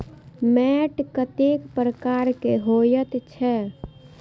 मैंट कतेक प्रकार के होयत छै?